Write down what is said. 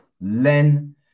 Len